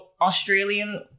australian